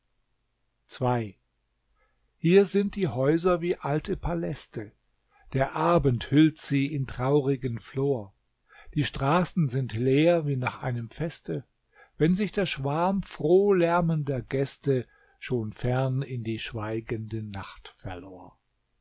ii hier sind die häuser wie alte paläste der abend hüllt sie in traurigen flor die straßen sind leer wie nach einem feste wenn sich der schwarm frohlärmender gäste schon fern in die schweigende nacht verlor